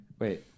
wait